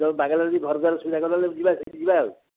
ବାଙ୍ଗାଲୋରରେ ଘର ଦ୍ୱାର ସୁବିଧା କରିଦେଲେ ଯିବା ସେଠିକି ଯିବା ଆଉ